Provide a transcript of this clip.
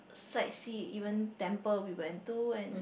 sightsee even temple we went to and